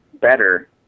better